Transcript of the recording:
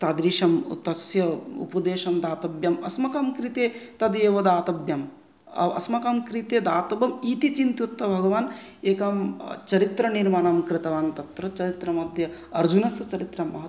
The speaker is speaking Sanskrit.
तादृशं तस्य उपदेशं दातव्यम् अस्माकं कृते तत् एव दातव्यम् अस्माकं कृते दातव्यम् इति चिन्तयित्वा भगवान् एकं चरित्रनिर्माणं कृतवान् तत्र चरित्रं मध्ये अर्जुनस्य चरित्रं महत्वम्